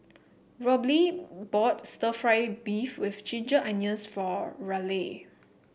Robley bought stir fry beef with Ginger Onions for Raleigh